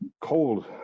cold